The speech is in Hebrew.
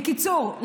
בקיצור,